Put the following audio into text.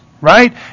right